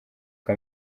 uko